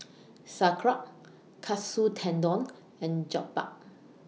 Sauerkraut Katsu Tendon and Jokbal